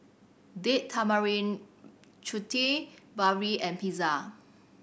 Date Tamarind Chutney Barfi and Pizza